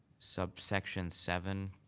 subsection seven.